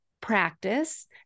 practice